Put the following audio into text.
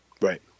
right